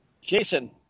Jason